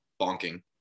bonking